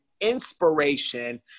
inspiration